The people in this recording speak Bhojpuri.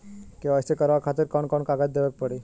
के.वाइ.सी करवावे खातिर कौन कौन कागजात देवे के पड़ी?